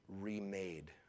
remade